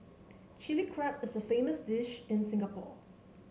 Chilli Crab is a famous dish in Singapore